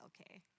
okay